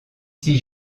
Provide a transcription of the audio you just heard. s’y